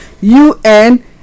un